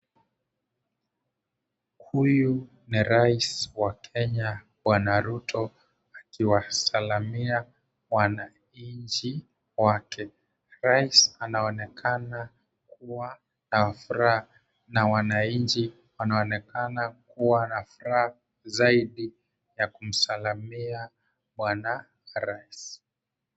Huyu ni rais wa Kenya bwana Ruto akiwasalimia wananchi wake. Rais anaonekana kuwa na furaha na wananchi wanaonekana kuwa na furaha zaidi na kumsalimia bwana rais.